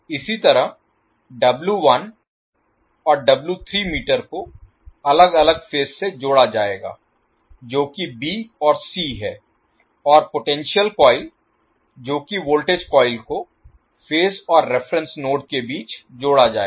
इसी तरह और मीटर को अलग अलग फेज से जोड़ा जाएगा जो कि b और c है और पोटेंशियल कॉइल जो कि वोल्टेज कॉइल को फेज और रेफेरेंस नोड के बीच जोड़ा जाएगा